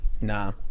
nah